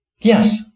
Yes